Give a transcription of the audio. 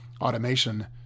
automation